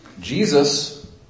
Jesus